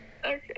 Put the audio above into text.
Okay